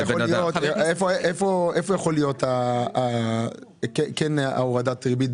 איפה יכולה להיות הורדת הריבית?